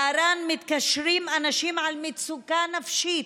לער"ן מתקשרים אנשים בגלל מצוקה נפשית,